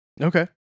Okay